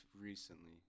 recently